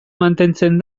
mantentzen